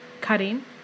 cutting